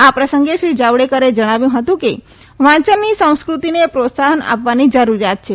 આ પ્રસંગે શ્રી જાવડેકરે જજ્ઞાવ્યું હતું કે વાંચનની સંસ્કૃતિને પ્રોત્સાહન આપવાની જરૂરિયાત છે